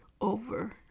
over